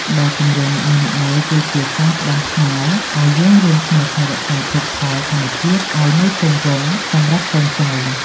បទចម្រៀងនីមួយៗគឺជាសារផ្ដាំផ្ញើឱ្យយើងរួមគ្នាថែរក្សាភោគទ្រព្យធម្មជាតិឱ្យនៅគង់វង្សសម្រាប់កូនចៅ។